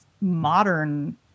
modern